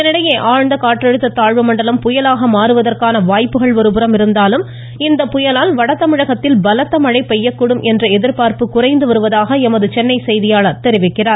இதனிடையே ஆழந்த காற்றழுத்த தாழ்வுமண்டலம் புயலாக மாறுவதற்கான வாய்ப்புகள் ஒருபுறம் இருந்தாலும் இந்த புயலால் வடதமிழகத்தில் பலத்த மழை பெய்யக்கூடும் என்ற எதிர்ப்பார்ப்பு குறைந்து வருவதாக எமது செய்கியாளர் தெரிவிக்கிறார்